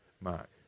Mark